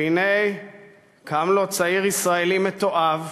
והנה קם לו צעיר ישראלי מתועב,